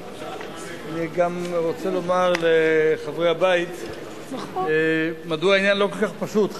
אני גם רוצה לומר לחברי הבית מדוע העניין לא כל כך פשוט.